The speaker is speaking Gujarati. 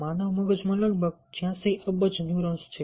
માનવ મગજમાં લગભગ 86 અબજ ન્યુરોન્સ છે